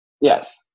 Yes